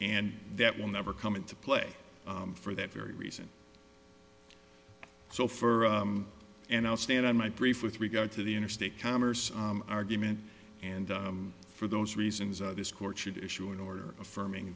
and that will never come into play for that very reason so for and i'll stand on my brief with regard to the interstate commerce argument and for those reasons that this court should issue an order affirming